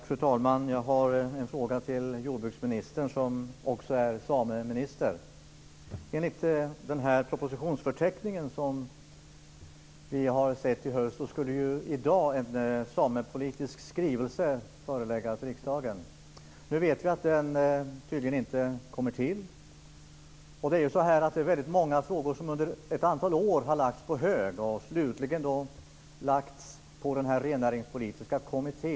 Fru talman! Jag har en fråga till jordbruksministern, som också är sameminister. Enligt den propositionsförteckning som vi fick i höstas skulle i dag en samepolitisk skrivelse föreläggas riksdagen. Den kommer tydligen inte att läggas fram nu, och det har under ett antal år lagts väldigt många frågor på hög. Slutligen har de lagts över på den rennäringspolitiska kommittén.